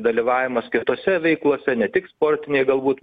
dalyvavimas kitose veiklose ne tik sportinėj galbūt